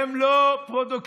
הם לא פרודוקטיביים,